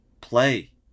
play